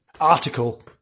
article